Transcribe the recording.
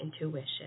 intuition